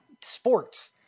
sports